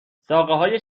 ساقههای